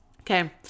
Okay